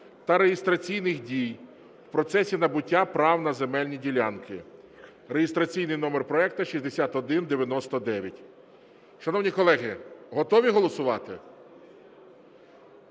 та реєстраційних дій в процесі набуття прав на земельні ділянки (реєстраційний номер проекту 6199). Шановні колеги, готові голосувати?